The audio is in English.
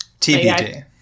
TBD